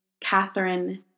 Catherine